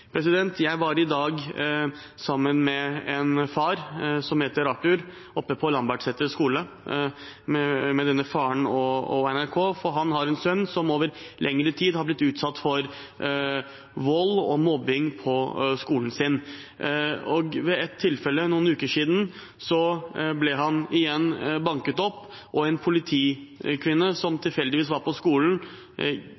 Jeg var i dag sammen med NRK og en far som heter Artur, på Lambertseter skole. Denne faren har en sønn som over lengre tid har blitt utsatt for vold og mobbing på skolen sin. Ved et tilfelle for noen uker siden ble han igjen banket opp. En politikvinne som